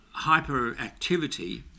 hyperactivity